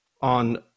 on